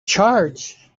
charge